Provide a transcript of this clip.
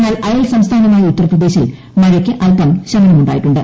എന്നാൽ അയൽ സംസ്ഥാനമായ ഉത്തർപ്രദേശിൽ മഴയ്ക്ക് അല്പം ശമനം ഉണ്ടായിട്ടുണ്ട്